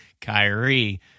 Kyrie